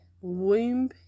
womb